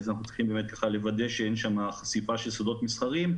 אנחנו צריכים לוודא שאין שם חשיפה של סודות מסחריים.